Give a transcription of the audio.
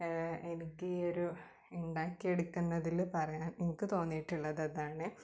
എനിക്ക് ഈ ഒരു ഉണ്ടാക്കിയെടുക്കുന്നതിൽ പറയാൻ എനിക്ക് തോന്നീട്ടുള്ളതതാണ്